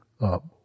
up